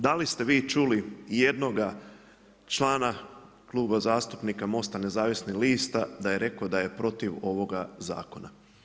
Da li ste vi čuli i jednoga člana Kluba zastupnika MOST-a nezavisnih lista da je rekao da je protiv ovoga zakona.